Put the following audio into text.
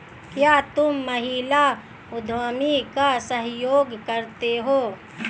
क्या तुम महिला उद्यमी का सहयोग करते हो?